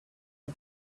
too